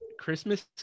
christmas